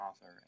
author